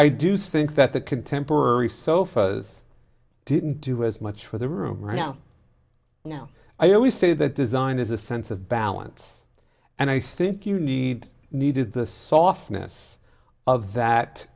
i do think that the contemporary sofas didn't do as much for the room right now you know i always say that design is a sense of balance and i think you need needed the softness of that